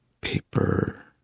Paper